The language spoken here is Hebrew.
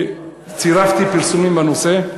צירפתי פרסומים בנושא.